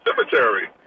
cemetery